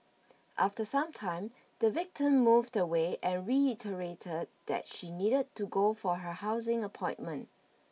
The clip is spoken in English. after some time the victim moved away and reiterated that she needed to go for her housing appointment